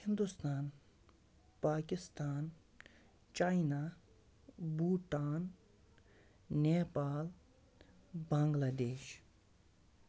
Hindustan Pakistan China Bhutan Nepal Bangladesh